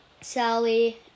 Sally